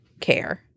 care